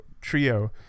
trio